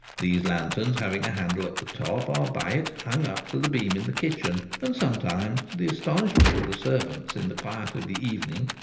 these lanterns, having a handle at the top, are by it hung up to the beam in the kitchen and sometimes to the astonish ment of the servants in the quiet of the evening,